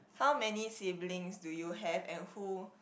how many siblings do you have and who